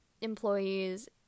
employees